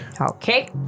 Okay